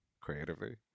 creatively